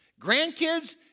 grandkids